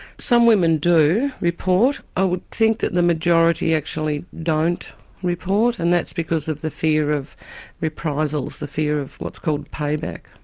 some women do report. i would think that the majority actually don't report, and that's because of the fear of reprisals, the fear of what's called payback.